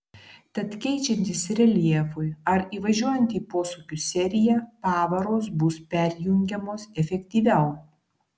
tad keičiantis reljefui ar įvažiuojant į posūkių seriją pavaros bus perjungiamos efektyviau